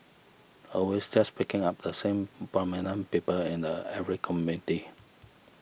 always just picking up the same prominent people and a every committee